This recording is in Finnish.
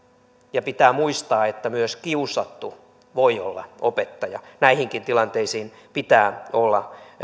ja pitää muistaa että myös kiusattu voi olla opettaja näihinkin tilanteisiin pitää olla